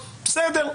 בסדר,